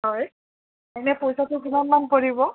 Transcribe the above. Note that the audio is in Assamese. হয় এনেই পইচাটো কিমানমান পৰিব